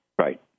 Right